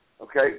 okay